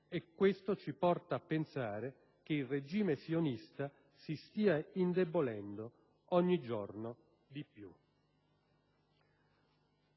e questo ci porta a pensare che il regime sionista si stia indebolendo ogni giorno di più».